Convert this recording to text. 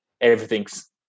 everything's